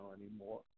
anymore